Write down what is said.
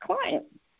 client